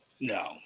no